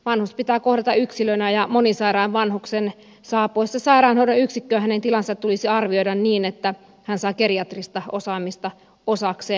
vanhus pitää kohdata yksilönä ja monisairaan vanhuksen saapuessa sairaanhoidon yksikköön hänen tilansa tulisi arvioida niin että hän saa geriatrista osaamista osakseen